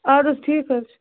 اد حظ ٹھیٖک حظ چھُ